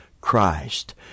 Christ